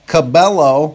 Cabello